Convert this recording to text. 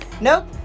nope